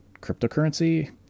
cryptocurrency